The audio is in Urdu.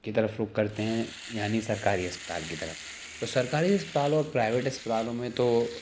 کی طرف رخ کرتے ہیں یعنی سرکاری اسپتال کی طرف تو سرکاری اسپتال اور پرائیوٹ اسپتالوں میں تو